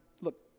Look